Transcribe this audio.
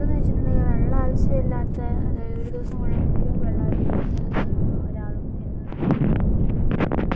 നമുക്കെന്ന് വെച്ചിട്ടുണ്ടെങ്കിൽ വെള്ളം ആവശ്യമില്ലാത്ത അതായത് ഒരു ദിവസം മുഴുവൻ വെള്ളം ആവശ്യമില്ലാത്ത ഒരാളും ഇന്ന്